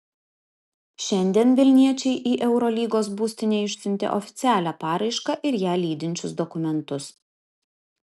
šiandien vilniečiai į eurolygos būstinę išsiuntė oficialią paraišką ir ją lydinčius dokumentus